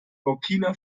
burkina